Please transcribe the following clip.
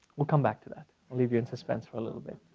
we'll come back to that. i'll leave you in suspense for a little bit.